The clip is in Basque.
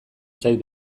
zait